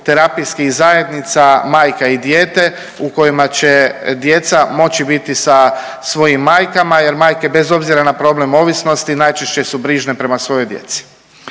terapijskih zajednica majka i dijete u kojima će djeca moći biti sa svojim majkama jer majke bez obzira na problem ovisnosti najčešće su brižne prema svojoj djeci.